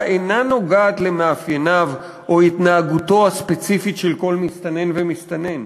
אינה נוגעת למאפייניו או להתנהגותו הספציפית של כל מסתנן ומסתנן.